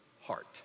heart